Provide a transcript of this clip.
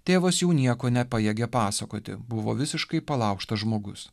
tėvas jau nieko nepajėgė pasakoti buvo visiškai palaužtas žmogus